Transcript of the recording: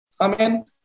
Amen